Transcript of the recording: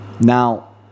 now